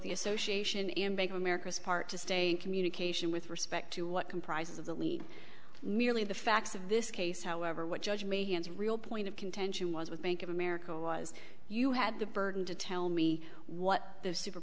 the association in bank of america's part to stay in communication with respect to what comprises of that lead merely the facts of this case however what judge me real point of contention was with bank of america was you had the burden to tell me what the super